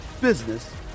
business